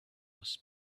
was